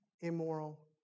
immoral